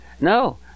no